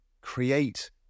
create